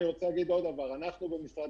אני רוצה להגיד עוד משהו אנחנו במשרד